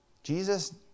Jesus